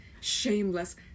Shameless